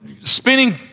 spinning